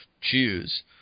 choose